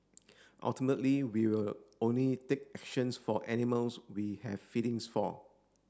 ultimately we will only take actions for animals we have feelings for